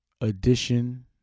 edition